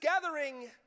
gathering